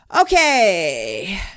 Okay